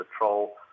patrol